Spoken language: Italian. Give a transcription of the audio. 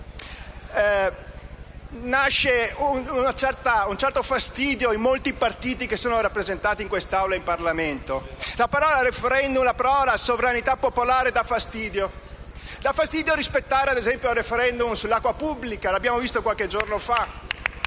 nasce un certo fastidio in molti partiti che sono rappresentati in quest'Aula e in Parlamento. Le parole *referendum* e sovranità popolare danno fastidio. Dà fastidio - ad esempio - rispettare il *referendum* sull'acqua pubblica, come abbiamo visto qualche giorno fa.